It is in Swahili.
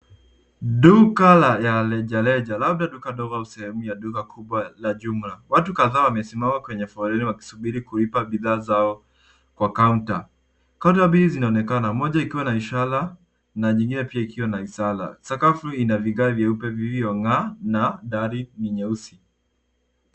Duka ya reja reja labda duka ndogo au sehemu ya duka kubwa la jmla. Watu kadhaa wamesimama kwenye foleni wakisubiri kulipa bidhaa zao kwa kaunta. Bodi mbili zinaonekana moja ikiwa na ishara na nyingine pia ikiwa na ishara. Sakafu ina vigae vyeupe vilivyo ngaa na dari nyeusi.